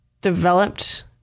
developed